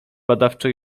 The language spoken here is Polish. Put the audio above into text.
badawczo